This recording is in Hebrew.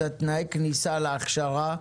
את תנאי הכניסה להכשרה,